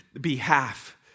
behalf